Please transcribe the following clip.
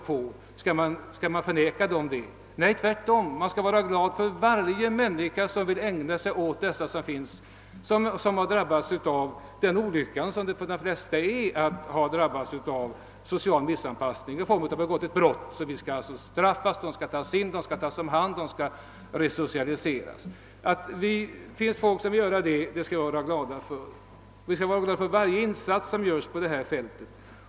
Jo, jag vill säga att man tvärtom skall vara glad för varje människa vilken vill ägna sig åt dem som drabbats av den olycka som det för de flesta är att ha råkat ut för social missanpassning och som har begått ett brott och i anledning härav straffas. Vi skall vara glada för varje insats som görs på detta fält.